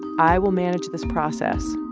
i will manage this process.